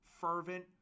fervent